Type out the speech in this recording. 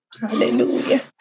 Hallelujah